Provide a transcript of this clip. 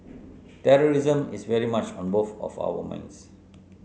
terrorism is very much on both of our minds